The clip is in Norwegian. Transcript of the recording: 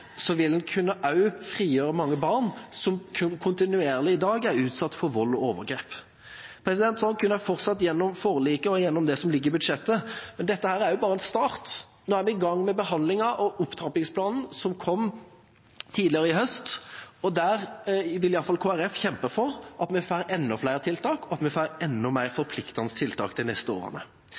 vil man også kunne frigjøre mange barn som i dag kontinuerlig er utsatt for vold og overgrep. Slik kunne jeg fortsatt gjennom forliket og det som ligger i budsjettet, men dette er bare en start. Nå er vi i gang med behandlingen av opptrappingsplanen som kom tidligere i høst, og der vil i hvert fall Kristelig Folkeparti kjempe for at vi får enda flere og enda mer forpliktende tiltak de neste årene.